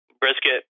brisket